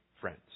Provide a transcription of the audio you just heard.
friends